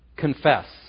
Confess